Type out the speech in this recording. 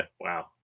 Wow